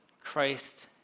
Christ